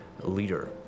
leader